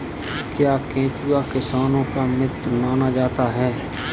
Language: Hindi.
क्या केंचुआ किसानों का मित्र माना जाता है?